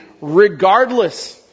regardless